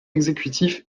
exécutif